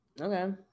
okay